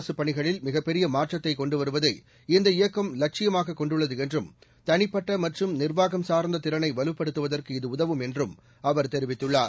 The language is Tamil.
அரசுப் பணிகளில் மிகப் பெரிய மாற்றத்தை கொண்டுவருவதை இந்த இயக்கம் லட்சியமாக கொண்டுள்ளது என்றும் தனிப்பட்ட மற்றும் நிர்வாகம் சார்ந்த திறனை வலுப்படுத்துவதற்கு இது உதவும் என்றும் அவர் தெரிவித்துள்ளார்